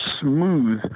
smooth